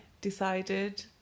decided